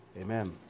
Amen